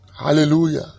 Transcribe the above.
Hallelujah